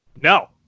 No